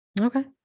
Okay